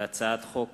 הצעת חוק